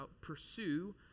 Pursue